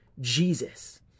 Jesus